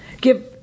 Give